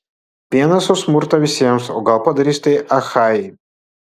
vienas už smurtą visiems o gal padarys tai achajai